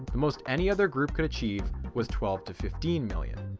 the most any other group could achieve was twelve to fifteen million.